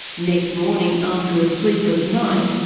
next morning after a sleepless night,